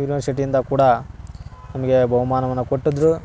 ಯುನಿವರ್ಸಿಟಿಯಿಂದ ಕೂಡ ನಮಗೆ ಬಹುಮಾನವನ್ನ ಕೊಟ್ಟದ್ದರು